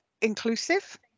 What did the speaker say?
Inclusive